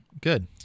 Good